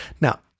Now